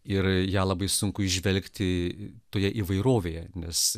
ir ją labai sunku įžvelgti toje įvairovėje nes